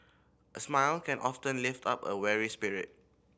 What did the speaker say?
a smile can often lift up a weary spirit